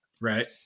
right